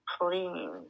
clean